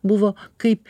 buvo kaip